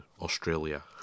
Australia